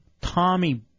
Tommy